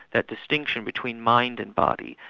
that distinction between mind and body,